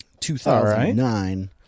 2009